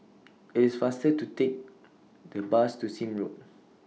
IT IS faster to Take The Bus to Sime Road